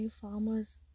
farmers